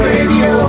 Radio